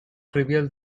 trivial